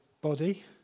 body